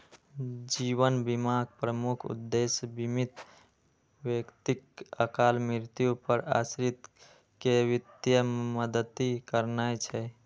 जीवन बीमाक प्रमुख उद्देश्य बीमित व्यक्तिक अकाल मृत्यु पर आश्रित कें वित्तीय मदति करनाय छै